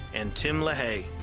and tim lahaye.